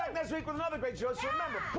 next week with another great show so